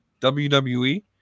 WWE